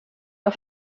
auf